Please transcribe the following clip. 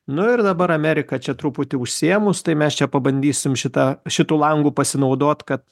nu ir dabar amerika čia truputį užsiėmus tai mes čia pabandysim šitą šituo langu pasinaudot kad